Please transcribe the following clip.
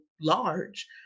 large